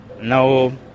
No